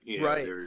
right